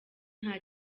nta